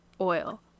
oil